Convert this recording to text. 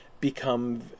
become